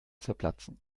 zerplatzen